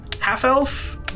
half-elf